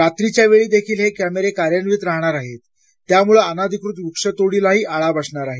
रात्रीच्या वेळी देखील हे कॅमेरे कार्यान्वित राहणार आहेत त्यामुळं अनधिकृत वृक्षतोडीलाही आळा बसणार आहे